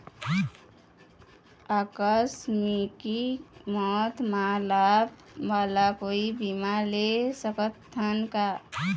आकस मिक मौत म लाभ वाला कोई बीमा ले सकथन का?